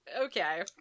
Okay